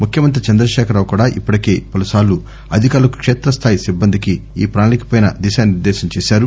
ముఖ్యమంతి చందకేఖర్ రావు కూడా ఇప్పటికే పలుసార్లు అధికారులకు క్షేతస్థాయి సిబ్బందికి ఈ పణాళికపై దిశానిర్దేశం చేశారు